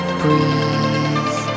breathe